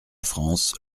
france